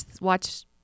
watch